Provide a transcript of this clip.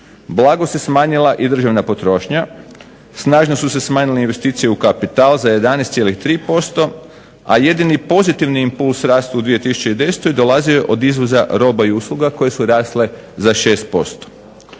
Blago se smanjila i državna potrošnja, snažno su se smanjile investicije u kapital za 11,3%, a jedini pozitivni impuls rasta u 2010. dolazio je od izvoza roba i usluga koje su rasle za 6%.